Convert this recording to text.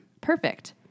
Perfect